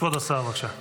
כבוד השר, בבקשה.